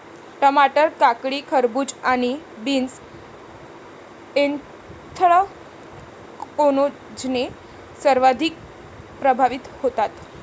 टमाटर, काकडी, खरबूज आणि बीन्स ऍन्थ्रॅकनोजने सर्वाधिक प्रभावित होतात